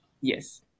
Yes